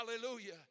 hallelujah